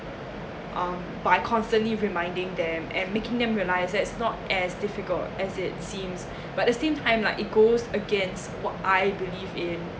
um by constantly reminding them and making them realise that's not as difficult as it seems but the same time like it goes against what I believe in